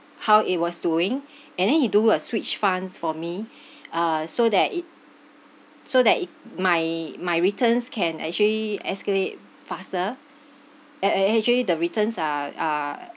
how it was doing and then he do a switch funds for me uh so that it so that it my my returns can actually escalate faster and act~ actually the returns are are